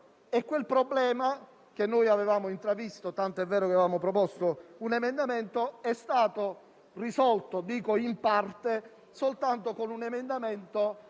e quel problema - noi l'avevamo intravisto, tanto è vero che avevamo proposto un emendamento in proposito - è stato risolto in parte soltanto con un emendamento